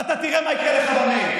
ואתה תראה מה יקרה לך במייל.